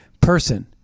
person